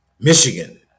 Michigan